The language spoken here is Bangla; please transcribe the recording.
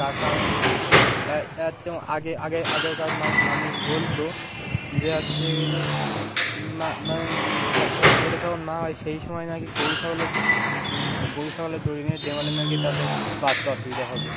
তার কারণ দেবু হচ্ছে আগে আগে আগেকার মানুষ বলতো যে হচ্ছে মানে মেয়েরা সাবল মা হয় সেই সময় না কি গরু ছাগলের গরু ছাগলের দড়ি নিয়ে ডেমালে না কি তাদের বাচ্চা অসুবিধা হবে